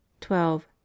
twelve